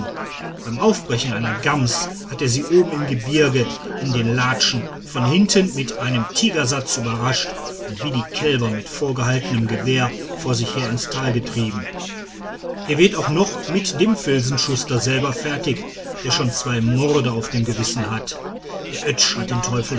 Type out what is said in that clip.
beim aufbrechen einer gams hat er sie oben im gebirg in den latschen von hinten mit einem tigersatz überrascht und wie die kälber mit vorgehaltenem gewehr vor sich her ins tal getrieben er wird auch noch mit dem filzenschuster selber fertig der schon zwei morde auf dem gewissen hat der oetsch hat den teufel